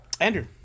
Andrew